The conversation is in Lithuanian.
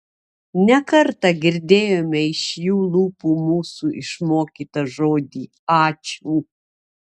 ne kartą girdėjome iš jų lūpų mūsų išmokytą žodį ačiū